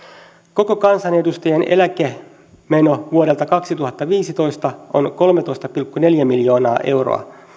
koko kansanedustajien eläkemeno vuodelta kaksituhattaviisitoista on kolmetoista pilkku neljä miljoonaa euroa